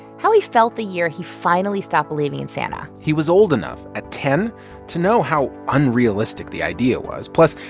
how he felt the year he finally stopped believing in santa he was old enough at ten to know how unrealistic the idea was. plus,